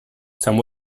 some